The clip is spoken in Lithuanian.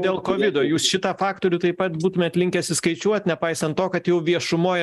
dėl kovido jūs šitą faktorių taip pat būtumėt linkęs įskaičiuot nepaisant to kad jau viešumoj